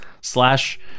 slash